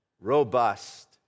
robust